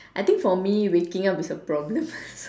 I think for me waking up is a problem so